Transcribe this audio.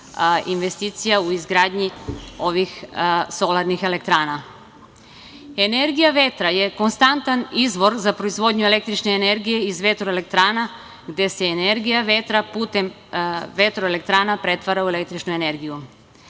investicija u izgradnji ovih solarnih elektrana. Energija vetra je konstantan izvor za proizvodnju električne energije iz vetro-elektrana, gde se energija vetra putem vetro-elektrana pretvara u električnu